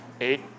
eight